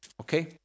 Okay